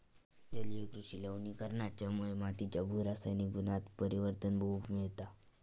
जलीय कृषि लवणीकरणाच्यामुळे मातीच्या भू रासायनिक गुणांत परिवर्तन बघूक मिळता